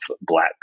black